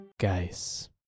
Guys